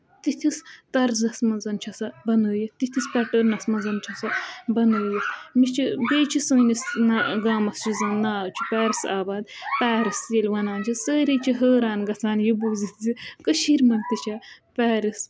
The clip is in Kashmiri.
تِتھِس طرزَس منٛز چھےٚ سۄ بَنٲیِتھ تِتھِس پیٹٲرنَس منٛز چھےٚ سۄ بَنٲیِتھ مےٚ چھِ بیٚیہِ چھِ سٲنِس گامَس یُس زَن ناو چھُ پیرَس آباد پیرَس ییٚلہِ وَنان چھِ سٲری چھِ حٲران گَژھان یہِ بوٗزِتھ زِ کٔشیٖر منٛز تہِ چھےٚ پیرِس